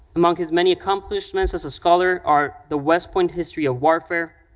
among his many accomplishments as a scholar are the west point history of warfare,